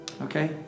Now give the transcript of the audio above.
Okay